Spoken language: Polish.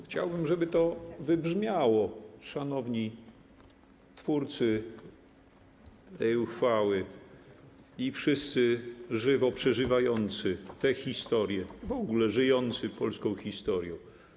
Chciałbym, żeby to wybrzmiało, szanowni twórcy tej uchwały i wszyscy żywo przeżywający tę historię, w ogóle żyjący polską historią.